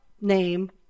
name